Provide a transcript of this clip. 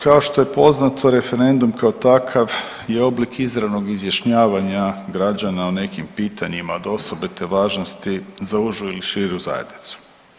Kao što je poznato referendum kao takav je oblik izravnog izjašnjavanja građana o nekim pitanjima od osobite važnosti za užu ili širu zajednicu.